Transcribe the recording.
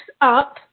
up